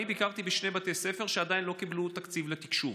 אני ביקרתי בשני בתי ספר שעדיין לא קיבלו תקציב לתקשוב.